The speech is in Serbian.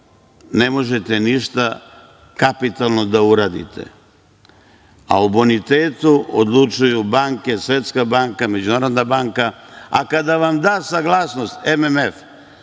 ne možete ništa kapitalno da uradite, a o bonitetu odlučuju banke, Svetska banka, Međunarodna banka. Kada vam da saglasnost MMF,